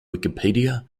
wikipedia